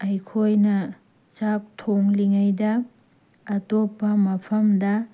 ꯑꯩꯈꯣꯏꯅ ꯆꯥꯛ ꯊꯣꯡꯂꯤꯉꯩꯗ ꯑꯇꯣꯞꯄ ꯃꯐꯝꯗ